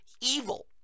evil